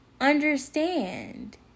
understand